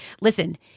Listen